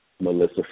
Melissa